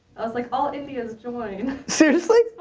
i was like, all indias, join! seriously?